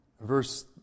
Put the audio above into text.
verse